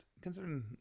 considering